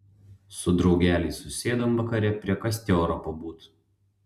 su draugeliais susėdom vakare prie kastioro pabūt